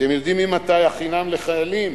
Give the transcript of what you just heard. אתם יודעים ממתי החינם לחיילים?